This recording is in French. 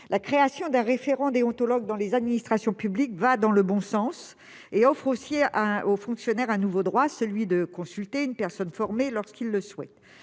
La création d'un référent déontologue dans les administrations publiques va dans le bon sens et offre aussi un nouveau droit aux fonctionnaires, celui de consulter une personne formée lorsqu'ils le souhaitent.